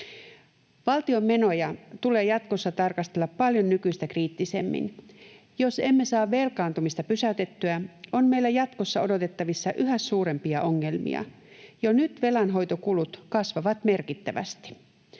Valtion menoja tulee jatkossa tarkastella paljon nykyistä kriittisemmin. Jos emme saa velkaantumista pysäytettyä, on meille jatkossa odotettavissa yhä suurempia ongelmia. Jo nyt velanhoitokulut kasvavat merkittävästi.